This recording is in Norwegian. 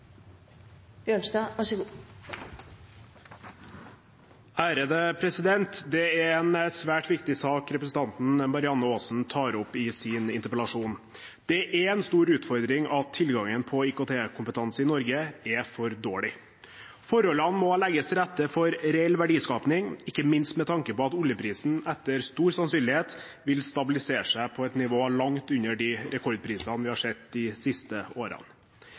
Marianne Aasen tar opp i sin interpellasjon. Det er en stor utfordring at tilgangen på IKT-kompetanse i Norge er for dårlig. Forholdene må legges til rette for reell verdiskaping, ikke minst med tanke på at oljeprisen med stor sannsynlighet vil stabilisere seg på et nivå langt under de rekordprisene vi har sett de siste årene.